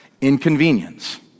Inconvenience